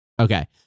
Okay